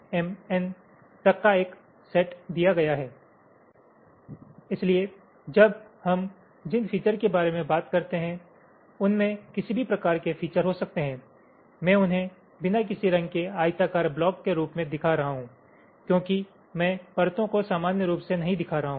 slide समय देखें 0456 इसलिए जब हम जिन फीचर के बारे में बात करते हैं उनमें किसी भी प्रकार के फीचर हो सकते हैं मैं उन्हें बिना किसी रंग के आयताकार ब्लॉक के रूप में दिखा रहा हूं क्योंकि मैं परतों को सामान्य रूप से नहीं दिखा रहा हूं